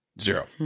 zero